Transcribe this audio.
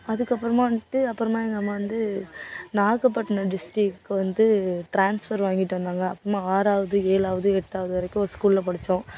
அதுக்கப்புறமா வந்துவிட்டு அப்புறமா எங்கள் அம்மா வந்து நாகப்பட்டினம் டிஸ்ட்ரிக்கு வந்து ட்ரான்ஸ்வர் வாங்கிட்டு வந்தாங்க அப்புறமா ஆறாவது ஏழாவது எட்டாவது வரைக்கும் ஒரு ஸ்கூலில் படித்தோம்